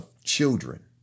Children